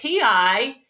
PI